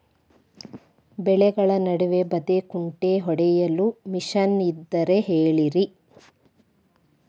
ಬೆಳೆಗಳ ನಡುವೆ ಬದೆಕುಂಟೆ ಹೊಡೆಯಲು ಮಿಷನ್ ಇದ್ದರೆ ಹೇಳಿರಿ